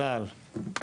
צה"ל.